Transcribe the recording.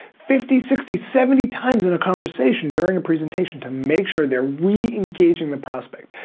fifty, sixty, seventy times in a conversation during a presentation to make sure they're reengaging the prospect.